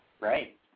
Right